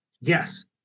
Yes